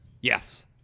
Yes